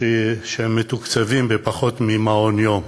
שהם מתוקצבים פחות ממעון-יום,